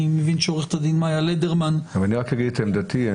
אני מבין שעורכת הדין מאיה לדרמן -- אני רק אגיד את עמדתי,